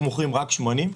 אנחנו מוכרים רק שמנים.